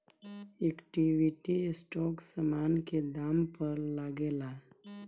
equity stock समान के दाम पअ लागेला